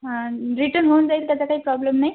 हा रिटर्न होऊन जाईल त्याचा काही प्रॉब्लेम नाही